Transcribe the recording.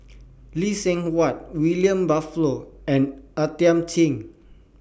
Lee Seng Huat William Butterworth and Are Thiam Chin